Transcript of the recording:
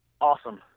Awesome